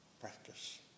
practice